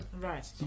right